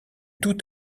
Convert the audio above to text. tout